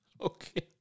Okay